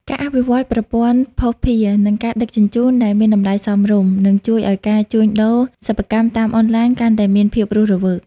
ការអភិវឌ្ឍប្រព័ន្ធភស្តុភារ និងការដឹកជញ្ជូនដែលមានតម្លៃសមរម្យ នឹងជួយឱ្យការជួញដូរសិប្បកម្មតាមអនឡាញកាន់តែមានភាពរស់រវើក។